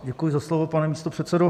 Děkuji za slovo, pane místopředsedo.